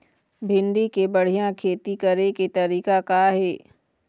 भिंडी के बढ़िया खेती करे के तरीका का हे?